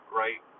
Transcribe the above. right